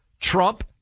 Trump